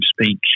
speak